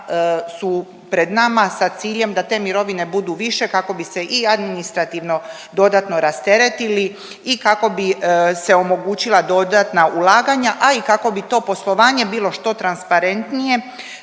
su pred nama sa ciljem da te mirovine budu više kako bi se i administrativno dodatno rasteretili i kako bi se omogućila dodatna ulaganja, a i kako bi to poslovanje bilo što transparentnije